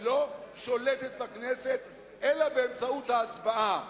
היא לא שולטת בכנסת אלא באמצעות ההצבעה,